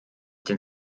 denn